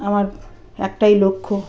আমার একটাই লক্ষ্য